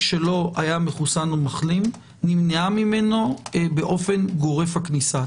שלא היה מחוסן או מחלים נמנעה ממנו באופן גורף הכניסה.